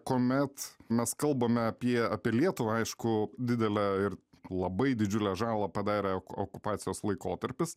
kuomet mes kalbame apie apie lietuvą aišku didelę ir labai didžiulę žalą padarė okupacijos laikotarpis